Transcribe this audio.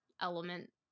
element